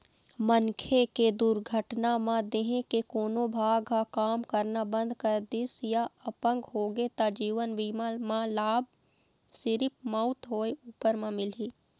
मनखे के दुरघटना म देंहे के कोनो भाग ह काम करना बंद कर दिस य अपंग होगे त जीवन बीमा म लाभ सिरिफ मउत होए उपर म मिलही